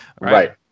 Right